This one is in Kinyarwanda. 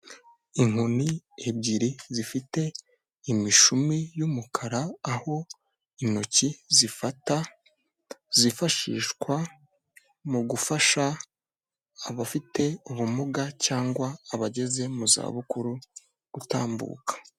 Inkoni ebyiri zifite imishumi yumukara ,aho intoki zifata zifashishwa mu gufasha abafite ubumuga cyangwa abageze mu za bukuru gutambuka.